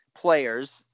players